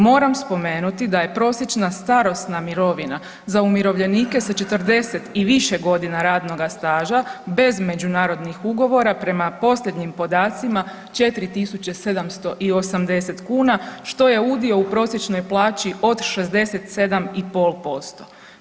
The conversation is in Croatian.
Moram spomenuti da je prosječna starosna mirovina za umirovljenike sa 40 i više godina radnoga staža bez međunarodnih ugovora prema posljednjim podacima 4.780 kuna što je udio u prosječnoj plaći od 67,5%